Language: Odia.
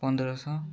ପନ୍ଦରଶହ